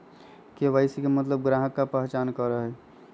KYC के मतलब ग्राहक का पहचान करहई?